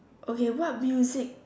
okay what music